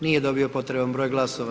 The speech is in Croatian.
Nije dobio potreban broj glasova.